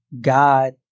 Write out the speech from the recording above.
God